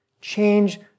Change